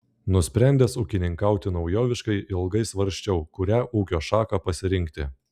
nusprendęs ūkininkauti naujoviškai ilgai svarsčiau kurią ūkio šaką pasirinkti